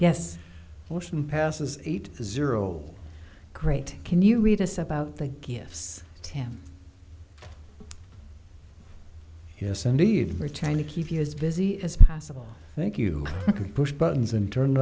yes most impasses eight zero great can you read us about the gifts to him yes indeed we're trying to keep you as busy as possible thank you push buttons and turn